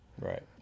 right